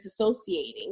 disassociating